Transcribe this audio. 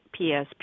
PSP